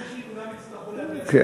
סימן שביום שלישי כולם יצטרכו להגיע להצבעה.